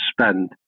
spend